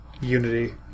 Unity